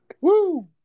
Woo